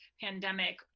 pandemic